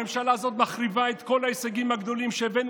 הממשלה הזאת מחריבה את כל ההישגים הגדולים שהבאנו